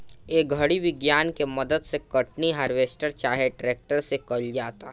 ए घड़ी विज्ञान के मदद से कटनी, हार्वेस्टर चाहे ट्रेक्टर से कईल जाता